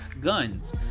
guns